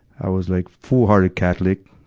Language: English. i was like full-hearted catholic.